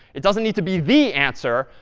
it doesn't need to be the answer.